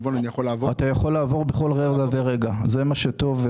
אתה יכול לעבור בכל רגע ורגע, וזה מה שטוב.